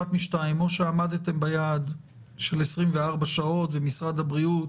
אחת משתיים: או שעמדתם ביעד של 24 שעות ומשרד הבריאות